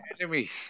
enemies